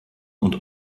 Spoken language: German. und